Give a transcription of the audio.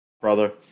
brother